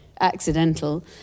accidental